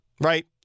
Right